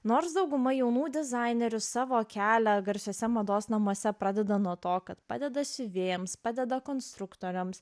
nors dauguma jaunų dizainerių savo kelią garsiuose mados namuose pradeda nuo to kad padeda siuvėjams padeda konstruktoriams